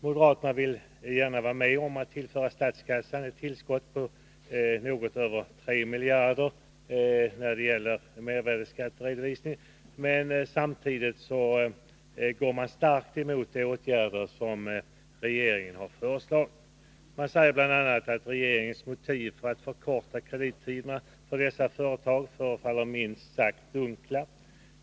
Moderaterna vill gärna vara med om att tillföra statskassan ett tillskott på något över 3 miljarder när det gäller mervärdeskatteredovisningen, men går samtidigt starkt emot de åtgärder som regeringen har föreslagit. Reservanterna säger bl.a. att regeringens motiv för att förkorta kreditti derna för dessa företag förefaller minst sagt dunkla.